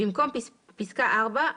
במקום פסקה (4)